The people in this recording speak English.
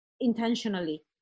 intentionally